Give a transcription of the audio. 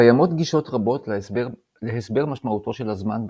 קיימות גישות רבות להסבר משמעותו של הזמן,